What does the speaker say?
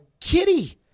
kitty